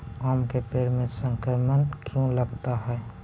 आम के पेड़ में संक्रमण क्यों लगता है?